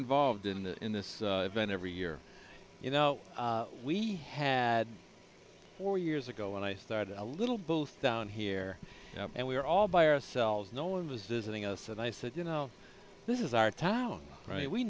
involved in that in this event every year you know we had four years ago when i started a little both down here and we were all by ourselves no one was visiting us and i said you know this is our town right we